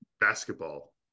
Basketball